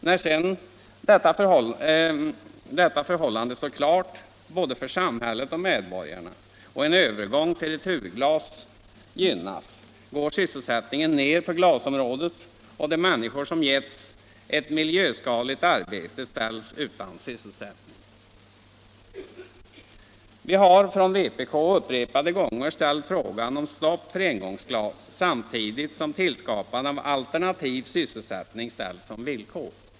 När sedan detta förhållande står klart både för samhället och medborgarna och en övergång till returglas gynnas, går sysselsättningen ner på glasområdet, och de människor som getts ett miljöskadligt arbete ställs utan sysselsättning. Vi har från vpk upprepade gånger ställt frågan om stopp för engångsglas samtidigt som tillskapande av alternativ sysselsättning ställts som villkor.